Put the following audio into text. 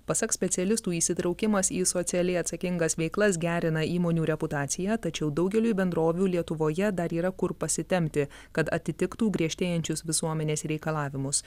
pasak specialistų įsitraukimas į socialiai atsakingas veiklas gerina įmonių reputaciją tačiau daugeliui bendrovių lietuvoje dar yra kur pasitempti kad atitiktų griežtėjančius visuomenės reikalavimus